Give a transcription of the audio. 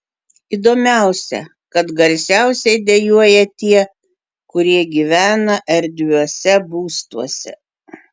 įdomiausia kad garsiausiai dejuoja tie kurie gyvena erdviuose būstuose